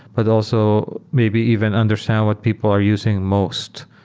but also maybe even understand what people are using most.